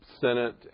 Senate